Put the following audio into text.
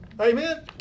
Amen